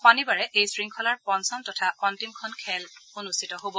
শনিবাৰে এই শৃংখলাৰ পঞ্চম তথা অন্তিমখন খেল অনুষ্ঠিত হ'ব